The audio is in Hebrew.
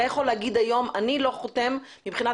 אתה יכול להגיד היום שאתה לא חותם מבחינת